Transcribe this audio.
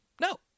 No